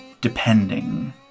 depending